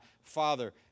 father